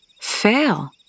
fail